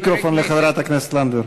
אחרי חברת הכנסת לנדבר,